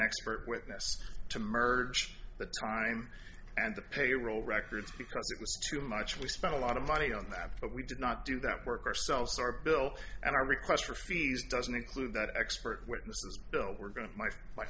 expert witness to merge the time and the payroll records because it was too much we spent a lot of money on that but we did not do that work ourselves our bill and our requests for fees doesn't include that expert witnesses bill were going to my my